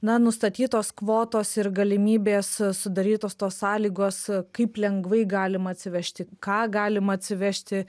na nustatytos kvotos ir galimybės sudarytos tos sąlygos kaip lengvai galima atsivežti ką galima atsivežti